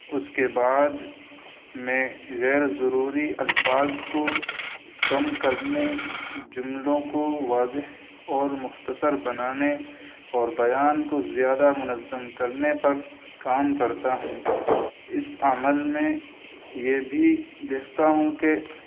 اس کے بعد میں غیر ضروری الفاظ کو کم کرنے جملوں کو واضح اور مختصر بنانے اور بیان کو زیادہ منظم کرنے پر کام کرتا ہوں اس عمل میں یہ بھی دیکھتا ہوں کہ